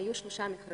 היו שלושה מכרזים.